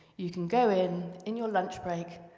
you can go in, in your lunch break,